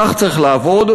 כך צריך לעבוד,